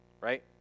Right